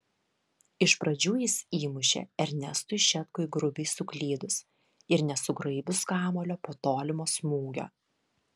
iš pradžių jis įmušė ernestui šetkui grubiai suklydus ir nesugraibius kamuolio po tolimo smūgio